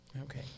Okay